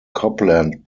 copland